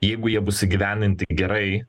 jeigu jie bus įgyvendinti gerai